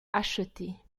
acheter